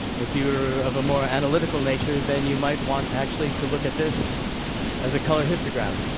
if you're of a more analytical nature then you might want, actually, to look at this as a color histogram.